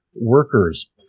workers